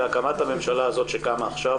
בהקמת הממשלה שקמה עכשיו,